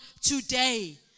today